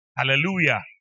Hallelujah